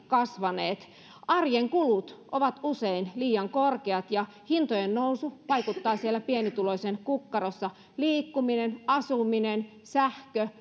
kasvaneet runsaasti arjen kulut ovat usein liian korkeat ja hintojen nousu vaikuttaa pienituloisen kukkarossa liikkuminen asuminen sähkö